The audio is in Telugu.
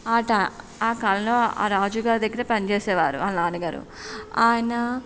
ఆట ఆ కాలంలో ఆ రాజు గారి దగ్గర పని చేసేవారు వాళ్ళ నాన్న గారు ఆయన